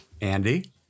Andy